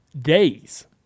days